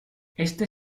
este